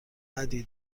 بدی